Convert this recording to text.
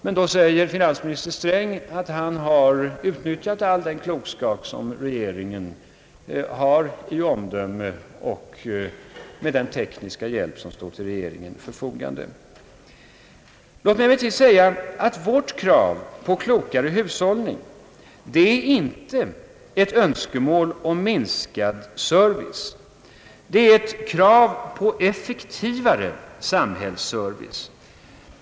Men då säger finansminister Sträng att han har utnyttjat all den klokskap som regeringen har i omdöme och teknisk hjälp. Vårt krav på klokare hushållning är inte ett önskemål om minskad service. Det är ett krav på effektivare samhällsservice.